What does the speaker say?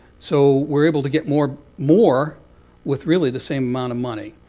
so we're able to get more more with really the same amount of money,